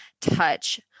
touch